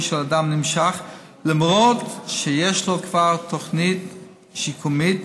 של אדם נמשך למרות שיש לו כבר תוכנית שיקומית,